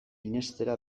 irenstera